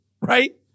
right